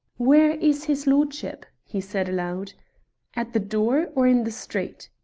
where is his lordship? he said aloud at the door, or in the street?